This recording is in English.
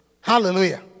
Hallelujah